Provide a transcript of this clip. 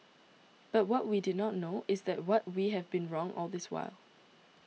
but what we did not know is that what we have been wrong all this while